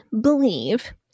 believe